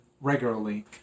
regularly